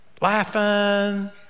laughing